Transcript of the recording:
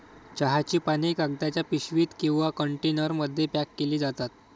चहाची पाने कागदाच्या पिशवीत किंवा कंटेनरमध्ये पॅक केली जातात